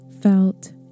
felt